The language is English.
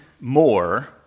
more